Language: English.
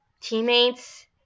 teammates